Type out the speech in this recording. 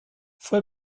fue